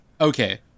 Okay